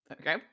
Okay